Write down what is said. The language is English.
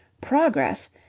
PROGRESS